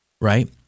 right